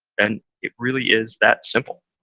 and it really is that simple.